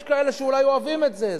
יש כאלה שאולי אוהבים את זה,